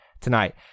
tonight